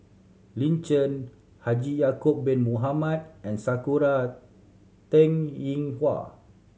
Lin Chen Haji Ya'acob Bin Mohamed and Sakura Teng Ying Hua